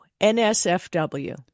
NSFW